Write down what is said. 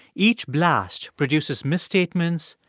each blast produces misstatements,